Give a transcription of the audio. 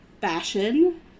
fashion